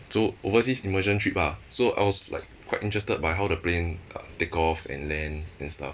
so overseas immersion trip ah so I was like quite interested by how the plane uh take off and land and stuff